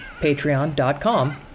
patreon.com